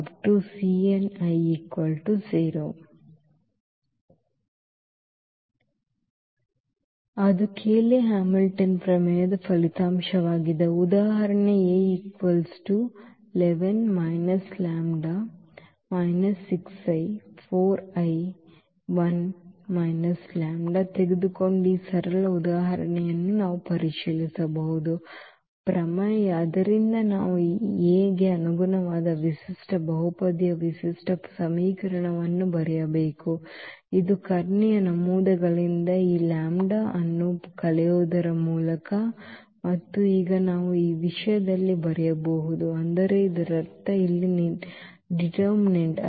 ಅದು Cayley Hamilton ಪ್ರಮೇಯದ ಫಲಿತಾಂಶವಾಗಿದೆ ಉದಾಹರಣೆಗೆ ತೆಗೆದುಕೊಂಡ ಈ ಸರಳ ಉದಾಹರಣೆಯನ್ನು ನಾವು ಪರಿಶೀಲಿಸಬಹುದು ಪ್ರಮೇಯ ಆದ್ದರಿಂದ ನಾವು ಈ A ಗೆ ಅನುಗುಣವಾಗಿ ವಿಶಿಷ್ಟವಾದ ಬಹುಪದೀಯ ವಿಶಿಷ್ಟ ಸಮೀಕರಣವನ್ನು ಬರೆಯಬೇಕು ಇದು ಕರ್ಣೀಯ ನಮೂದುಗಳಿಂದ ಈ λ ಅನ್ನು ಕಳೆಯುವುದರ ಮೂಲಕ ಮತ್ತು ಈಗ ನಾವು ಈ ವಿಷಯದಲ್ಲಿ ಬರೆಯಬಹುದು ಅಂದರೆ ಇದರರ್ಥ ಇಲ್ಲಿ ಈ ನಿರ್ಣಾಯಕ